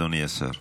אדוני השר.